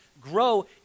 grow